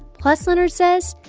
plus, leonard says,